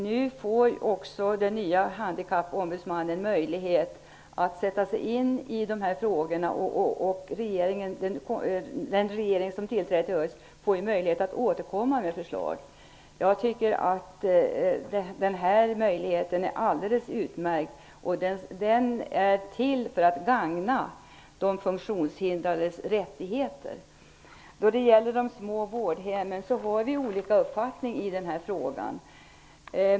Nu får Handikappombudsmannen möjlighet att sätta sig in i dessa frågor, och den regering som tillträder i höst kan återkomma med förslag. Jag tycker att detta är alldeles utmärkt. Handikappombudsmannen är till för att bevaka de funktionshindrades rättigheter. Vi har olika uppfattningar i frågan om de små vårdhemmen.